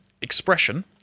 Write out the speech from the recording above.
expression